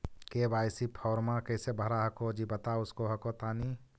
KYC फॉर्मा कैसे भरा हको जी बता उसको हको तानी?